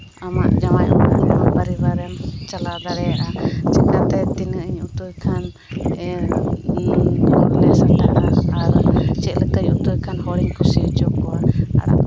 ᱟᱢᱟᱜ ᱡᱟᱶᱟᱭ ᱚᱲᱟᱜ ᱨᱮᱦᱚᱸ ᱯᱚᱨᱤᱵᱟᱨᱮᱢ ᱪᱟᱞᱟᱣ ᱫᱟᱲᱮᱭᱟᱜᱼᱟ ᱪᱤᱠᱟᱹᱛᱮ ᱛᱤᱱᱟᱹᱜ ᱤᱧ ᱩᱛᱩᱭ ᱠᱷᱟᱱ ᱟᱨ ᱪᱮᱫ ᱞᱮᱠᱟᱧ ᱩᱛᱩᱭ ᱠᱷᱟᱱ ᱦᱚᱲᱤᱧ ᱠᱩᱥᱤ ᱦᱚᱪᱚ ᱠᱚᱣᱟ